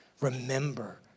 Remember